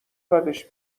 بدش